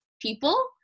people